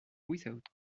without